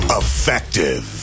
effective